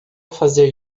fazer